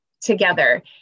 together